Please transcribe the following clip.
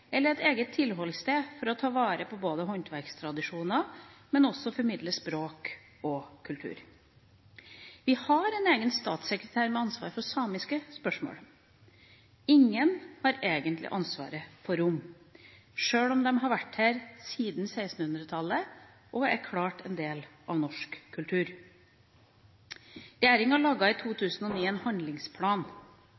eller et eget tilholdssted, for både å ta vare på håndverkstradisjoner og å formidle språk og kultur. Vi har en egen statssekretær med ansvar for samiske spørsmål. Ingen har egentlig ansvaret for romene, sjøl om de har vært her siden 1600-tallet og klart er en del av norsk kultur. Regjeringa laget i